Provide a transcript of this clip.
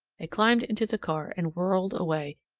they climbed into the car, and whirled away,